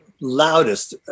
loudest